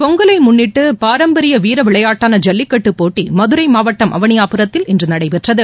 பொங்கலை முன்னிட்டு பாரம்பரிய வீர விளையாட்டான ஜல்லிக்கட்டு போட்டி மதுரை மாவட்டம் அவனியாபுரத்தில் இன்று நடைபெற்றது